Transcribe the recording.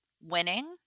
Winning